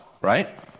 right